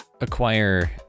acquire